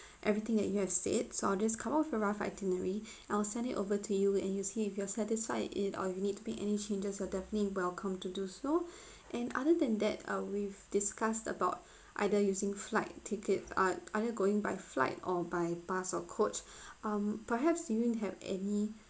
everything that you have said so I'll just come up with a rough itinerary I'll send it over to you and you see if you're satisfied it or you need to make any changes we'll definitely welcome to do so and other than that uh we've discussed about either using flight tickets ah either going by flight or by bus or coach um perhaps you didn't have any